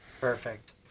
Perfect